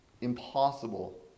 impossible